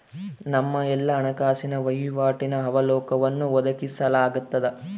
ನಮ್ಮ ಎಲ್ಲಾ ಹಣಕಾಸಿನ ವಹಿವಾಟಿನ ಅವಲೋಕನವನ್ನು ಒದಗಿಸಲಾಗ್ತದ